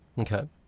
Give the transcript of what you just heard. Okay